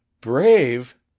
brave